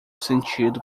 sentido